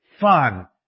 fun